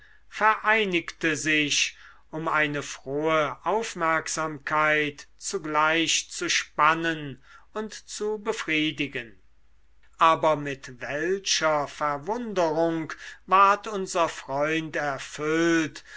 vereinigte sich um eine frohe aufmerksamkeit zugleich zu spannen und zu befriedigen aber mit welcher verwunderung ward unser freund erfüllt